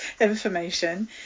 information